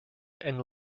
and